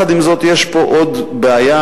עם זאת, יש פה עוד בעיה.